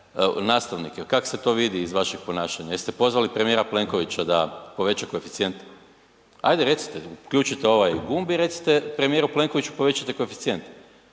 nastavnike, kako se to vidi iz vašeg ponašanja? Jeste pozivali premijera Plenkovića da poveća koeficijente? Hajde recite, uključite ovaj gumb i recite premijeru Plenkoviću, povećajte koeficijent.